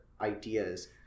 ideas